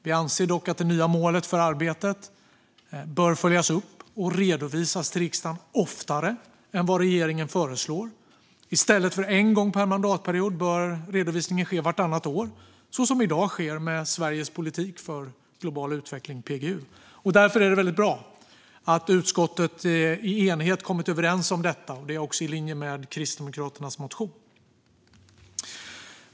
Vi anser dock att det nya målet för arbetet bör följas upp och redovisas till riksdagen oftare än vad regeringen föreslår. I stället för en gång per mandatperiod bör redovisningen ske vartannat år, så som i dag sker med Sveriges politik för global utveckling, PGU. Det är därför bra att utskottet har kommit överens om och är enigt om detta. Det är också i linje med Kristdemokraternas motion.